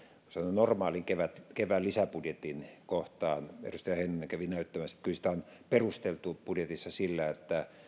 normaaliin kevään lisäbudjettiin edustaja heinonen kävi näyttämässä että kyllä sitä on perusteltu budjetissa sillä että